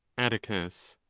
atticus.